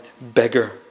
beggar